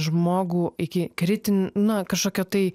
žmogų iki kritin na kažkokio tai